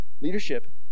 Leadership